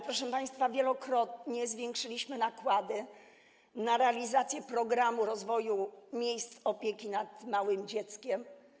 Proszę państwa, wielokrotnie zwiększyliśmy nakłady na realizację programu rozwoju miejsc opieki nad małym dzieckiem.